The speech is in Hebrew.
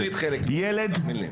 גם עברית חלק לא יודעים, תאמין לי.